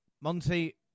Monty